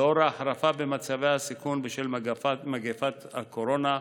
לנוכח ההחרפה במצבי סיכון בשל מגפת הקורונה,